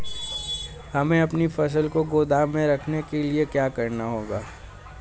हमें अपनी फसल को गोदाम में रखने के लिये क्या करना होगा?